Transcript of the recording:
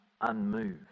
unmoved